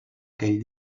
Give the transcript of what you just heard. aquell